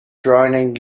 drowning